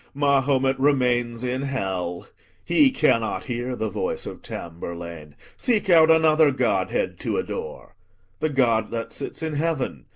mahomet remains in hell he cannot hear the voice of tamburlaine seek out another godhead to adore the god that sits in heaven,